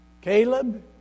Caleb